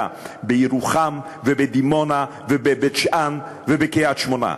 בירוחם ובדימונה ובבית-שאן ובקריית-שמונה.